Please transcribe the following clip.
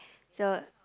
so